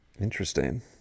Interesting